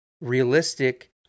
realistic